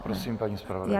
Prosím, paní zpravodajko.